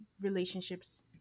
relationships